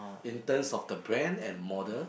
in terms of the brand and model